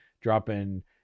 dropping